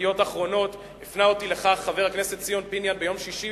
ב"ידיעות אחרונות" הפנה אותי לכך חבר הכנסת ציון פיניאן ביום שישי